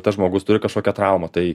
tas žmogus turi kažkokią traumą tai